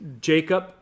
Jacob